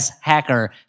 hacker